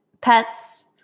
pets